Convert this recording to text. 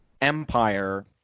empire